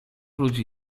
ludzi